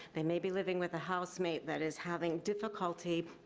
they may be living with a housemate that is having difficulty,